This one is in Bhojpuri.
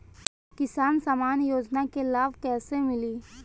किसान सम्मान योजना के लाभ कैसे मिली?